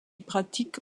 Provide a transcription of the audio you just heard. pratique